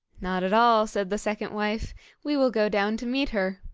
not at all, said the second wife we will go down to meet her.